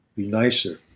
be nicer.